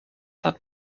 hat